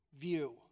view